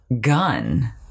gun